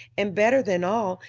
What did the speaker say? and, better than all,